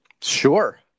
Sure